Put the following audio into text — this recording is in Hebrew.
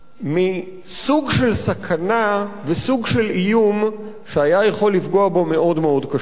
מסוג של סכנה וסוג של איום שהיה יכול לפגוע בו מאוד קשות.